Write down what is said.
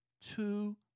Two